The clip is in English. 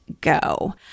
go